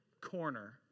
corner